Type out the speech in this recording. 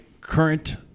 current